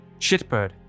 Shitbird